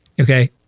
Okay